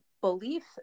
belief